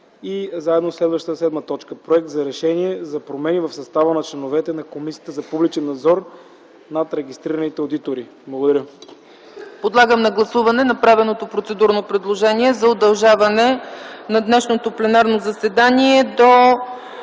гледаме, и следващата седма точка – Проект за Решение за промени в състава на членовете на Комисията за публичен надзор над регистрираните одитори. Благодаря. ПРЕДСЕДАТЕЛ ЦЕЦКА ЦАЧЕВА: Подлагам на гласуване направеното процедурно предложение за удължаване на днешното пленарно заседание до